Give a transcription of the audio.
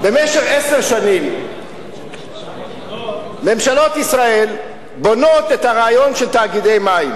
במשך עשר שנים ממשלות ישראל בונות את הרעיון של תאגידי מים,